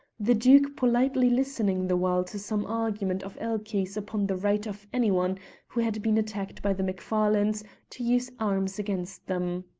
the duke politely listening the while to some argument of elchies upon the right of any one who had been attacked by the macfarlanes to use arms against them.